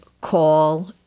call